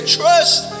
trust